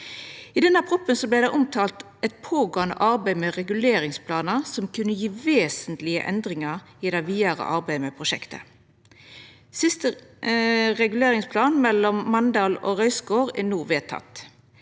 I denne proposisjonen vart det omtalt eit pågåande arbeid med reguleringsplanar som kunne gje vesentlege endringar i det vidare arbeidet med prosjektet. Siste reguleringsplan mellom Mandal og Røyskår er no vedteken.